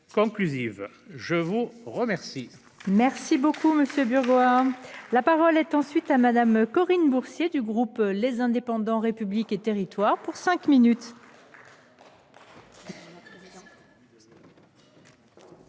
je vous remercie